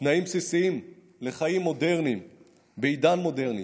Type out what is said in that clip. תנאים בסיסיים לחיים מודרניים בעידן מודרני